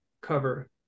cover